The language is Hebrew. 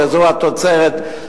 שזו התוצרת,